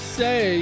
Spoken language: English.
say